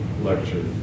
lecture